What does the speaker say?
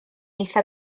eitha